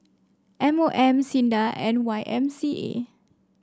M O M SINDA and Y M C A